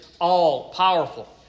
all-powerful